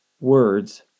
words